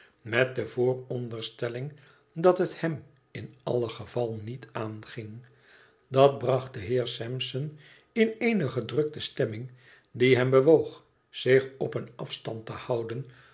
met de vooronderstelling dat het hem in alle geval niet aanging dat bracht den heer sampson in eene gedrukte stemming die hem bewoog ich op een afstand te houden